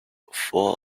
four